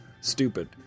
stupid